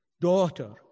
daughter